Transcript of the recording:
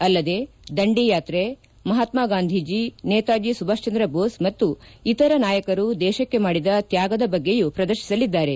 ಅಲ್ಲದೇ ದಂಡಿಯಾತ್ರೆ ಮಹಾತ್ನಾ ಗಾಂಧೀಜಿ ನೇತಾಜಿ ಸುಭಾಶ್ಚಂದ್ರ ಬೋಸ್ ಮತ್ತು ಇತರ ನಾಯಕರು ದೇಶಕ್ಕೆ ಮಾಡಿದ ತ್ವಾಗದ ಬಗ್ಗೆಯೂ ಪ್ರದರ್ಶಿಸಲಿದ್ದಾರೆ